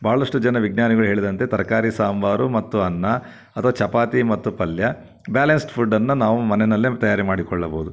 ಭಾಳಷ್ಟು ಜನ ವಿಜ್ಞಾನಿಗಳು ಹೇಳಿದಂತೆ ತರಕಾರಿ ಸಾಂಬಾರು ಮತ್ತು ಅನ್ನ ಅಥವಾ ಚಪಾತಿ ಮತ್ತು ಪಲ್ಯ ಬ್ಯಾಲನ್ಸ್ಡ್ ಫುಡ್ಡನ್ನು ನಾವು ಮನೆಯಲ್ಲೇ ತಯಾರಿ ಮಾಡಿಕೊಳ್ಳಬೌದು